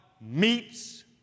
meets